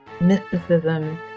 mysticism